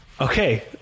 Okay